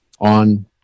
on